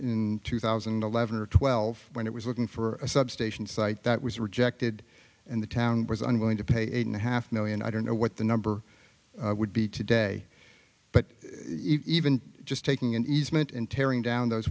in two thousand and eleven or twelve when it was looking for a substation site that was rejected and the town was unwilling to pay eight and a half million i don't know what the number would be today even just taking an easement and tearing down those